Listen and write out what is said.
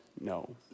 no